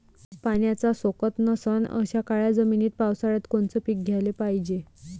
पाण्याचा सोकत नसन अशा काळ्या जमिनीत पावसाळ्यात कोनचं पीक घ्याले पायजे?